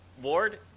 Ward